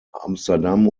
amsterdam